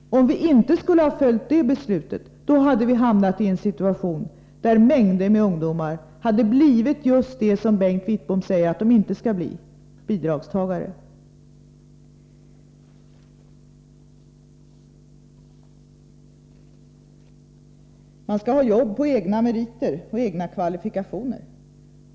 Om vi inte skulle ha följt det beslutet hade vi hamnat i en situation, där mängder med ungdomar hade blivit just det som Bengt Wittbom säger att de inte skall bli: bidragstagare. Man skall ha jobb på egna meriter och egna kvalifikationer.